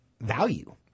value